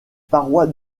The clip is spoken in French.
parois